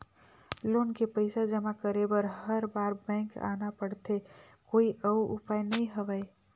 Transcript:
Loan के पईसा जमा करे बर हर बार बैंक आना पड़थे कोई अउ उपाय नइ हवय?